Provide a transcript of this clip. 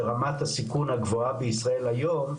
שרמת הסיכון הגבוהה בישראל היום,